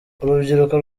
urubyiruko